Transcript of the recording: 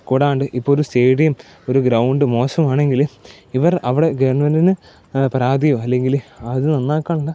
കൂടാണ്ട് ഇപ്പം ഒരു സ്റ്റേഡിയം ഒരു ഗ്രൗണ്ട് മോശമാണെങ്കില് ഇവർ അവിടെ ഗവൺമെൻറ്റിന് പരാതിയോ അല്ലെങ്കില് അത് നന്നാക്കാനുള്ള